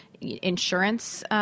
insurance